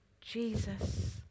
Jesus